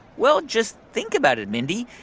well, just think about it, mindy.